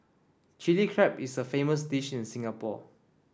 Chilli Crab is a famous dish in Singapore